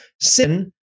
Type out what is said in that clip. sin